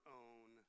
own